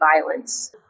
violence